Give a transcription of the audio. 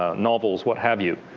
ah novels, what have you.